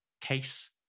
Case